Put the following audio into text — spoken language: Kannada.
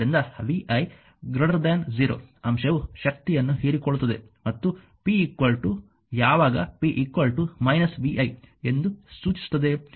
ಆದ್ದರಿಂದ vi 0 ಅಂಶವು ಶಕ್ತಿಯನ್ನು ಹೀರಿಕೊಳ್ಳುತ್ತದೆ ಮತ್ತು p ಯಾವಾಗ p −vi ಎಂದು ಸೂಚಿಸುತ್ತದೆ